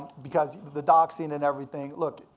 because the doxing and everything. look,